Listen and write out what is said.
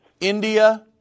India